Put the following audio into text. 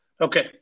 Okay